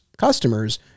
customers